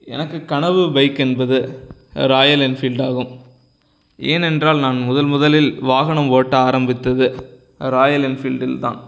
எனக்கு கனவு பைக் என்பது ராயல் என்ஃபீல்டாகும் ஏனென்றால் நான் முதல்முதலில் வாகனம் ஓட்ட ஆரம்பித்தது ராயல் என்ஃபீல்டில்தான்